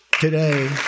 today